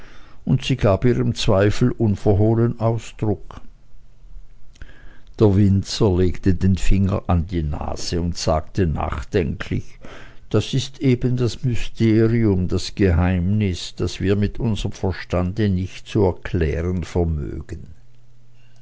und sie gab ihrem zweifel unverhohlenen ausdruck der winzer legte den finger an die nase und sagte nachdenklich das ist eben das mysterium das geheimnis das wir mit unserm verstande nicht zu erklären vermögen